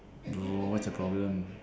bro what's your problem